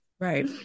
Right